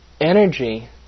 Energy